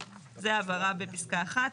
אז זו ההבהרה בפסקה אחת.